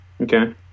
Okay